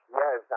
yes